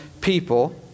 people